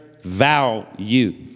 value